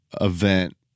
event